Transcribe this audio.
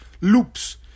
loops